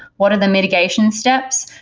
what are the mitigation steps?